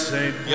Saint